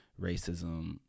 racism